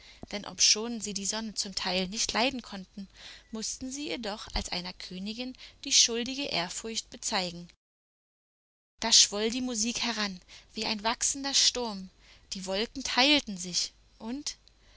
denn obschon sie die sonne zum teil nicht leiden konnten mußten sie ihr doch als einer königin die schuldige ehrfurcht bezeigen da schwoll die musik heran wie ein wachsender sturm die wolken teilten sich und